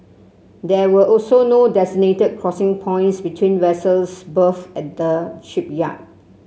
there were also no designated crossing points between vessels berthed at the shipyard